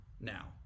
now